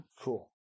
Cool